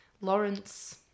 Lawrence